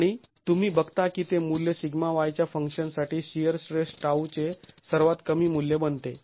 आणि तुम्ही बघता की ते मूल्य σy च्या फंक्शन साठी शिअर स्ट्रेस τ चे सर्वात कमी मूल्य बनते